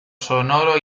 sonoro